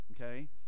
okay